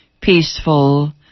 peaceful